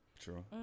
True